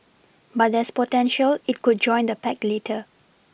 but there's potential it could join the pact later